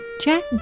Jack